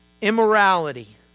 Immorality